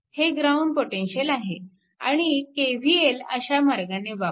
हे ground potential आहे आणि KVL अशा मार्गाने वापरा